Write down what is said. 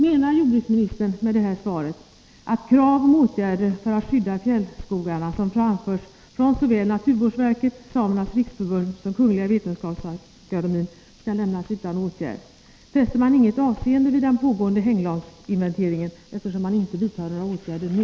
Menar jordbruksministern med svaret att krav om åtgärder för att skydda fjällskogarna, som framförts från såväl naturvårdsverket och Samernas riksförbund som Kungl. Vetenskapsakademien, skall lämnas utan åtgärd? Fäster man inget avseende vid den pågående hänglavsinventeringen, eftersom man inte vidtar några åtgärder nu?